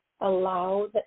allow